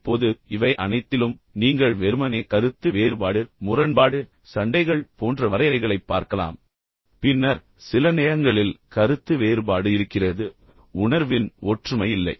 இப்போது இவை அனைத்திலும் நீங்கள் வெறுமனே கருத்து வேறுபாடு முரண்பாடு சண்டைகள் போன்ற வரையறைகளைப் பார்க்கலாம் பின்னர் சில நேரங்களில் கருத்து வேறுபாடு இருக்கிறது உணர்வின் ஒற்றுமை இல்லை